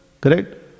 Correct